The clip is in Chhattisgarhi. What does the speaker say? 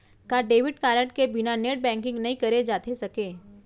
का डेबिट कारड के बिना नेट बैंकिंग नई करे जाथे सके?